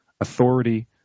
authority